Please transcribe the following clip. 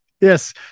yes